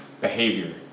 behavior